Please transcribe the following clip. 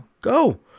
go